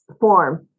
form